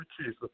Jesus